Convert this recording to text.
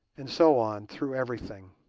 and so on, through everything.